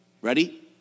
Ready